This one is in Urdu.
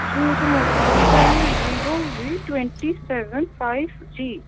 جو مجھے موبائل چاہیے Vivo V twenty seven five جی